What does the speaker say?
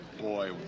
boy